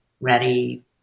ready